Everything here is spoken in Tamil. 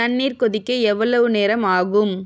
தண்ணீர் கொதிக்க எவ்வளவு நேரம் ஆகும்